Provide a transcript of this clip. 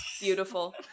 Beautiful